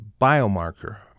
biomarker